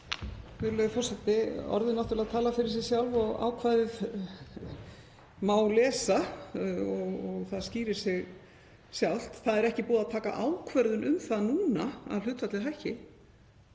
Virðulegur forseti. Orðin tala fyrir sig sjálf og ákvæðið má lesa og það skýrir sig sjálft. Það er ekki búið að taka ákvörðun um það núna að hlutfallið hækki,